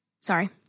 Sorry